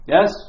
Yes